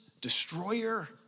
destroyer